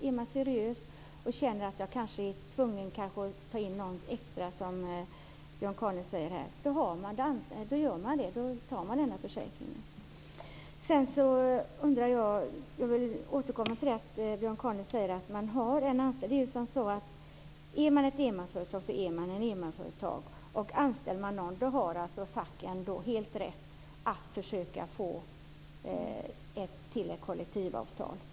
Är man seriös och känner att man kanske är tvungen att ta in någon extra, som Björn Kaaling också pratar om här, så tecknar man också försäkringen. Jag återkommer till detta med att Björn Kaaling säger att "man har en anställd". Är man ett enmansföretag så är man det, och anställer man någon har facken rätt att försöka få till ett kollektivavtal.